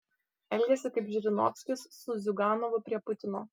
elgiasi kaip žirinovskis su ziuganovu prie putino